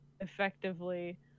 effectively